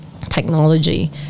technology